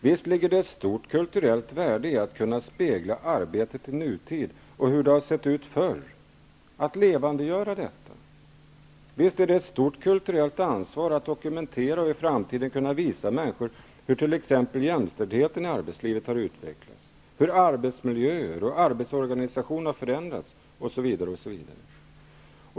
Visst ligger det ett stort kulturellt värde i att kunna spegla arbetet i nutid och visa hur det har sett ut förr och att levandegöra det! Visst är det ett stort kulturellt ansvar att dokumentera och i framtiden kunna visa människor hur t.ex. jämställdheten i arbetslivet har utvecklats, hur arbetsmiljöer och arbetsorganisation har förändrats, osv.